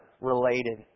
related